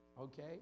okay